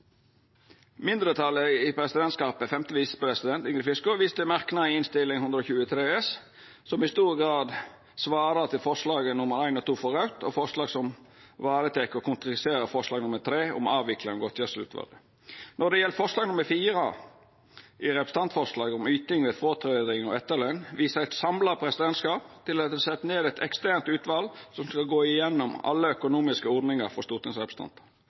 Mindretalet i presidentskapet, femte visepresident Ingrid Fiskaa, viser til merknader i Innst. 123 S for 2021–2022, som i stor grad svarer til forslaga nr. 1 og 2 frå Raudt, og forslag som varetek og konkretiserer forslag nr. 3 om avvikling av godtgjersleutvalet. Når det gjeld forslag nr. 4 i representantforslaget, om yting ved fråtreding og etterløn, viser eit samla presidentskap til at det er sett ned eit eksternt utval som skal gå gjennom alle økonomiske ordningar for stortingsrepresentantar.